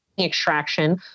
extraction